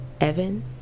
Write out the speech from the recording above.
Evan